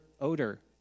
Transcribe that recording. odor